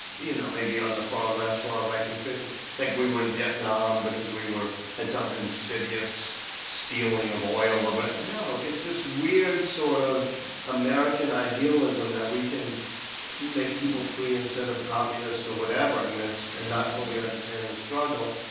you know, maybe on the far left, far right conspiracy think we were in vietnam because we had some insidious stealing of oil or whatever. no. it's this weird sort of american idealism that we can make people free instead of communist or whatever, and and not fully understand the struggle.